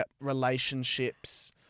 relationships